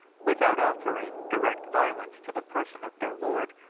without offering direct violence to the person of their lord,